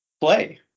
play